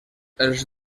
els